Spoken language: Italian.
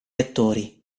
attori